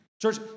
Church